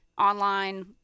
online